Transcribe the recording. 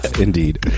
Indeed